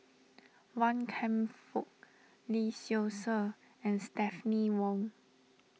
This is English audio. Wan Kam Fook Lee Seow Ser and Stephanie Wong